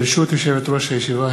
ברשות יושבת-ראש הישיבה,